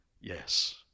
Yes